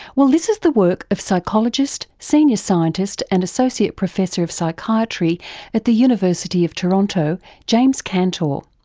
well this is the work of psychologist, senior scientist and associate professor of psychiatry at the university of toronto james cantor.